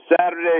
Saturday